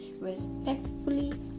respectfully